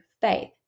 faith